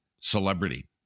celebrity